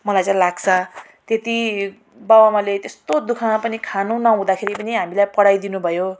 मलाई चाहिँ लाग्छ त्यति बाउ आमाले त्यस्तो दुःखमा पनि खानु नहुँदाखेरि पनि हामीलाई पढाइदिनु भयो